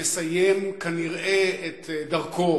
מסיים כנראה את דרכו,